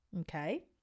Okay